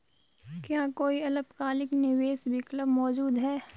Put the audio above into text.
क्या कोई अल्पकालिक निवेश विकल्प मौजूद है?